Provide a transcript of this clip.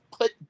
put